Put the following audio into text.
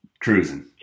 cruising